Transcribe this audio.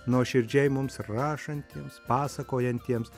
nuoširdžiai mums rašantiems pasakojantiems